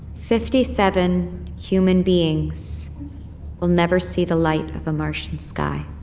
fifty-seven human beings will never see the light of a martian sky,